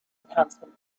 enhancement